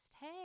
Hey